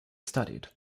studied